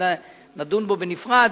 ונדון בו בנפרד.